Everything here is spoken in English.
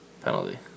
penalty